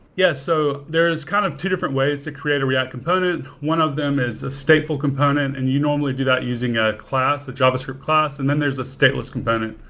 yes. so there is kind of two different ways to create a react component. one of them is a statefull component, and you normally do that using a class, a javascript class, and then there's a stateless component.